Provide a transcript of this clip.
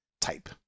type